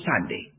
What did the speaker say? Sunday